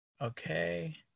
okay